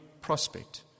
prospect